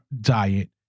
diet